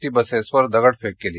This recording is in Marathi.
टी बसवर दगडफेक केली